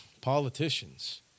politicians